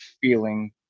feeling